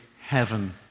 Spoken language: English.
heaven